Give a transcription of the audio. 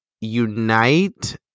Unite